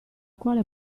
quale